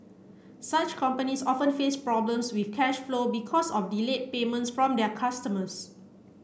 such companies often face problems with cash flow because of delayed payments from their customers